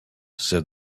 said